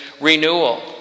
renewal